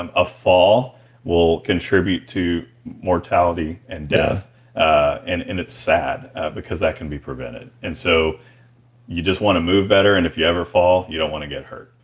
and a fall will contribute to mortality and death and and it's sad because that can be prevented. and so you just want to move better and if you ever fall you don't want to get hurt.